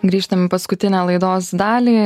grįžtam į paskutinę laidos dalį